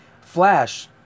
Flash